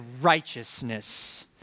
righteousness